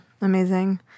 Amazing